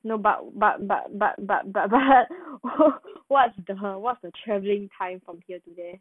no but but but but but but what's the what's the travelling time from here to there